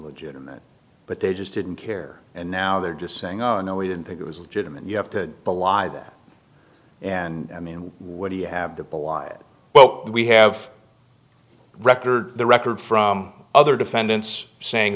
legitimate but they just didn't care and now they're just saying oh no we didn't think it was legitimate you have to belie that and i mean what do you have to belie it well we have record the record from other defendants sa